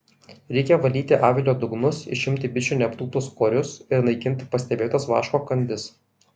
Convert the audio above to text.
reikia valyti avilio dugnus išimti bičių neaptūptus korius ir naikinti pastebėtas vaško kandis